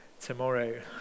tomorrow